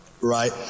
right